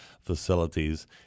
facilities